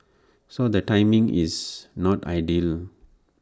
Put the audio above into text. so the timing is not ideal